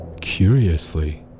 Curiously